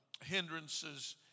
Hindrances